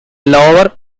lower